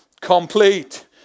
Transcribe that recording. complete